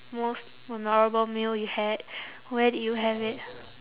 most memorable meal you had where did you have it